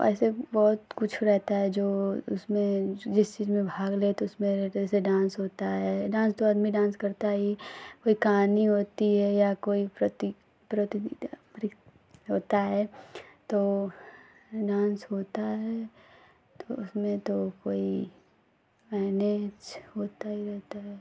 ऐसे बहुत कुछ रहता है जो उसमें जिस चीज़ में भाग लेते उसमें जैसे डांस होता है डांस तो आदमी डांस करता ही कोई कहानी होती है या कोई प्रति प्रतिनिधिया परित होता है तो डांस होता है तो उसमें तो कोई मैनेज होता ही रहता है